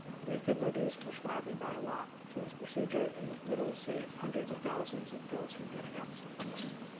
we could reduce prescribing by a lot for this procedure and literally save hundreds of thousands of pills from getting out into the community.